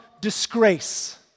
disgrace